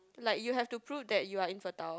like you have to prove that you're infertile